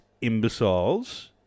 imbeciles